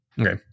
Okay